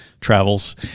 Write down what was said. travels